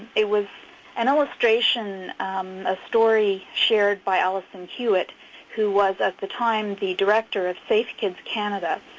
it was an illustration a story shared by allison hewitt who was at the time the director of safekids canada,